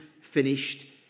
finished